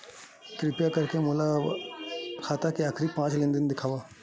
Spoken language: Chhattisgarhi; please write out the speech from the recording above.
किरपा करके मोला मोर खाता के आखिरी पांच लेन देन देखाव